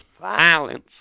Violence